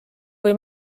kui